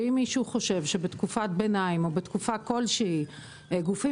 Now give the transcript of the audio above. שאם מישהו חושב שבתקופת ביניים או בתקופה כלשהי גופים